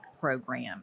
program